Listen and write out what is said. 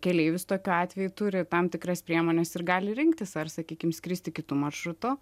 keleivis tokiu atveju turi tam tikras priemones ir gali rinktis ar sakykim skristi kitu maršrutu